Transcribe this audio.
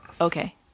Okay